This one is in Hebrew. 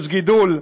יש גידול,